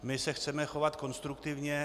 My se chceme chovat konstruktivně.